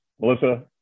Melissa